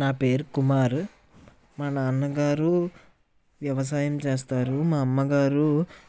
నా పేరు కుమారు మా నాన్నగారు వ్యవసాయం చేస్తారు మా అమ్మగారు